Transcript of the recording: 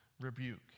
rebuke